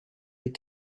des